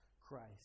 Christ